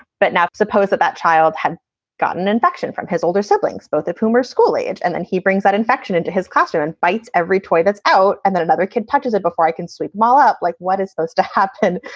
but now suppose that that child had gotten an infection from his older siblings, both of whom are school age. and then he brings that infection into his classroom and fights every toy that's out. and then another kid touches it before i can sleep mal up like what is to happen?